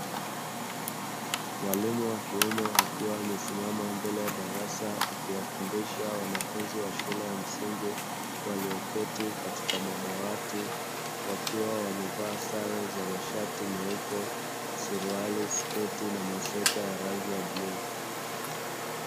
Mwalimu wa kiume, akiwa amesimama mbele ya darasa, akiwafundisha wanafunzi wa shule ya msingi walioketi katika madawati, wakiwa wamevaa sare za mashati mweupe, suruali, sketi na masweta ya rangi ya bluu.